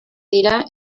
dira